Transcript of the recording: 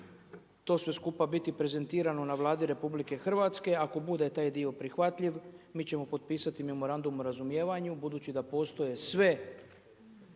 to sve skupa biti prezentirano na Vladi RH. Ako bude taj dio prihvatljiv, mi ćemo potpisati memorandum o razumijevanju budući da postoje sve